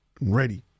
ready